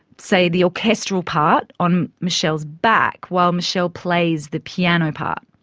say, the orchestral part on michelle's back while michelle plays the piano part.